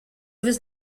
was